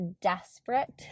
desperate